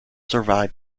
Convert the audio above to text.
survive